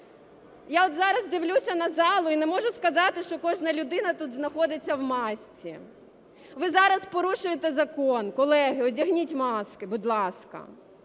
Я от зараз дивлюся на залу і не можу сказати, що кожна людина тут знаходиться в масці. Ви зараз порушуєте закон, колеги, одягніть маски, будь ласка.